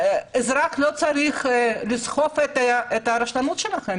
האזרח לא צריך לסחוב את הרשלנות שלכם.